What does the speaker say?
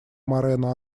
морено